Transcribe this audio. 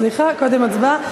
סליחה, קודם הצבעה.